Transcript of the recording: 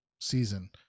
season